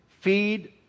Feed